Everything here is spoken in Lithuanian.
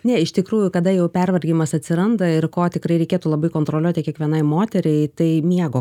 ne iš tikrųjų kada jau pervargimas atsiranda ir ko tikrai reikėtų labai kontroliuoti kiekvienai moteriai tai miego